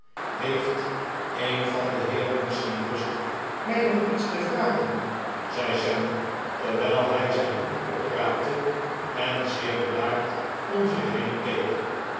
heeft een van de heeren misschien lust mij nog iets te vragen zei sam terwijl hij zijn hoed opraapte en zeer bedaard om zich heen keek